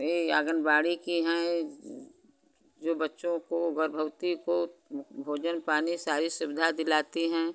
ये आगनबाड़ी की हैं जो बच्चों को बर भउती को भोजन पानी सारी सुविधा दिलाती हैं